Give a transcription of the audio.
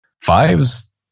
fives